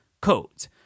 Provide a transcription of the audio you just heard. codes